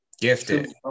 gifted